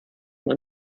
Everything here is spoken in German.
man